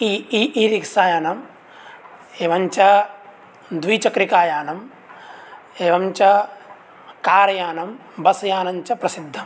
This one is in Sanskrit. ई रिक्सायानम् एवञ्च द्विचक्रिकायानम् एवञ्च कार यानं बस् यानञ्च प्रसिद्धम्